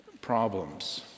problems